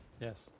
yes